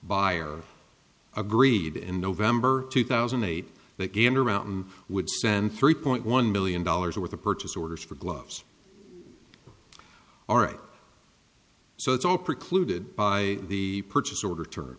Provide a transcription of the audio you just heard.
buyer agreed in november two thousand and eight that gander mountain would spend three point one million dollars with the purchase orders for gloves all right so it's all precluded by the purchase order